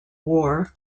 war